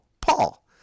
Paul